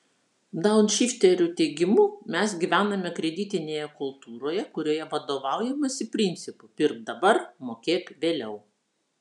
daunšifterių teigimu mes gyvename kreditinėje kultūroje kurioje vadovaujamasi principu pirk dabar mokėk vėliau